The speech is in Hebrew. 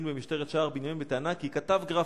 במשטרת שער-בנימין בטענה כי כתב גרפיטי.